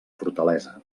fortalesa